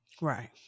Right